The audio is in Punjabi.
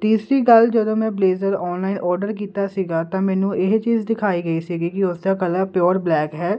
ਤੀਸਰੀ ਗੱਲ ਜਦੋਂ ਮੈਂ ਬਲੇਜ਼ਰ ਔਨਲਾਈਨ ਓਡਰ ਕੀਤਾ ਸੀਗਾ ਤਾਂ ਮੈਨੂੰ ਇਹ ਚੀਜ ਦਿਖਾਈ ਗਈ ਸੀਗੀ ਕੀ ਉਸਦਾ ਕਲਰ ਪਿਓਰ ਬਲੈਕ ਹੈ